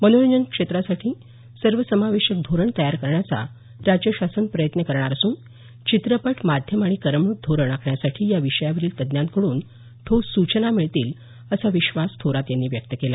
मनोरंजन क्षेत्रासाठी सर्वसमावेशक धोरण तयार करण्याचा राज्य शासन प्रयत्न करणार असून चित्रपट माध्यम आणि करमणूक धोरण आखण्यासाठी या विषयातील तज्ज्ञांकडून ठोस सूचना मिळतील असा विश्वास थोरात यांनी व्यक्त केला